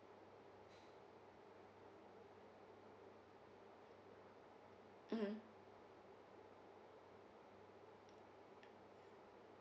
mm